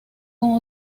con